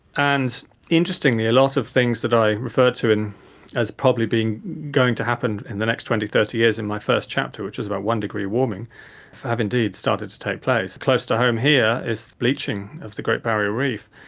and interestingly a lot of things that i refer to as probably being going to happen in the next twenty, thirty years in my first chapter, which is about one-degree warming have indeed started to take place. close to home here is bleaching of the great barrier reef.